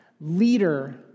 leader